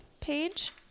page